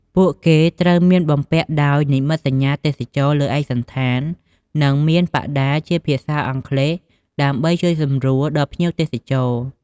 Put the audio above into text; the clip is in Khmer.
ពួកគេត្រូវបានមានបំពាក់ដោយនិមិត្តសញ្ញាទេសចរណ៍លើឯកសណ្ឋាន និងមានបដាជាភាសាអង់គ្លេស ដើម្បីជួយសម្រួលដល់ភ្ញៀវទេសចរ។